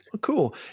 Cool